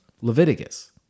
Leviticus